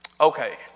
Okay